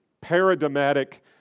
paradigmatic